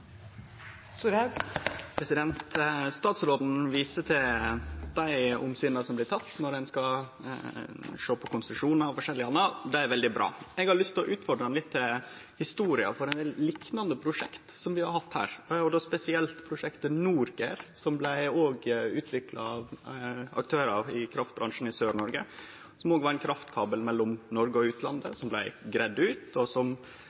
Statsråden viser til dei omsyna som blir tekne når ein skal sjå på konsesjonar og forskjellig anna. Det er veldig bra. Eg har lyst til å utfordre han litt på historia til ein del liknande prosjekt som vi har hatt, og då spesielt prosjektet NorGer – som òg blei utvikla av aktørar i kraftbransjen i Sør-Noreg, som var ein kraftkabel mellom Noreg og utlandet som blei greidd ut, og som